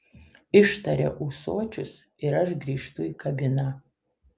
ištaria ūsočius ir aš grįžtu į kabiną